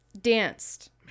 danced